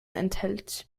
enthält